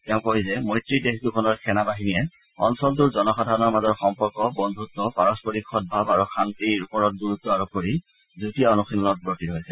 তেওঁ কয় যে মৈত্ৰী দেশ দুখনৰ সেনা বাহিনীয়ে অঞ্চলটোৰ জনসাধাৰণৰ মাজৰ সম্পৰ্ক বন্ধত্ব পাৰস্পৰিক সদভাৱ আৰু শান্তিৰ ওপৰত গুৰুত্ব আৰোপ কৰি যুটীয়া অনুশীলনত ব্ৰতী হৈছে